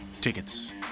tickets